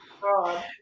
God